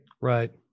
Right